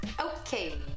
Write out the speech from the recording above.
Okay